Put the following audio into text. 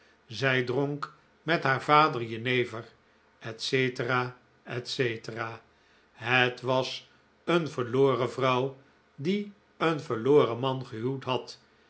zij dronk met haar vader jenever etc etc het was een verloren vrouw die een verloren man gehuwd had